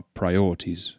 priorities